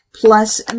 plus